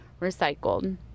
recycled